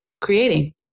Creating